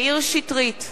מאיר שטרית,